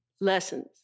lessons